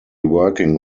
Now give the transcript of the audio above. working